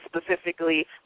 specifically